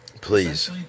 Please